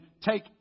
take